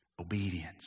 Obedience